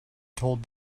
told